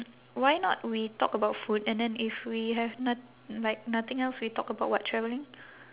why not we talk about food and then if we have not~ like nothing else we talk about what traveling